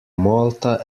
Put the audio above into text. malta